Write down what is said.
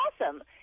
awesome